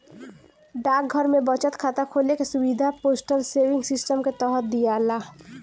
डाकघर में बचत खाता खोले के सुविधा पोस्टल सेविंग सिस्टम के तहत दियाला